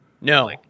No